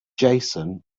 json